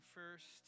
first